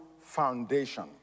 Foundation